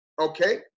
okay